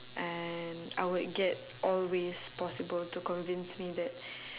and I would get all ways possible to convince me that